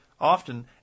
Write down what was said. often